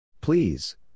Please